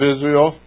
Israel